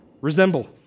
resemble